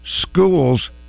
schools